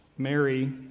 Mary